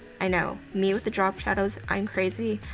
i know, me with the drop shadows, i'm crazy.